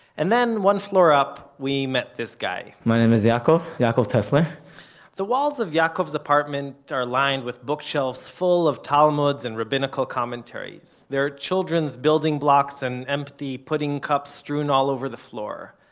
and then, one floor up, we met this guy my name is yaakov, yaakov tessler the walls of yaakov's apartment are lined with bookshelves full of talmuds and rabbinical commentaries. there are children's building blocks and empty pudding strewn all over the floor.